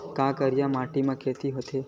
का करिया माटी म खेती होथे?